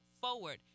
forward